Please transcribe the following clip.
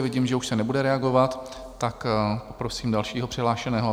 Vidím, už se nebude reagovat, tak prosím dalšího přihlášeného.